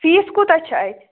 fees کوٗتاہ چھُ اتہِ